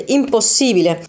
impossibile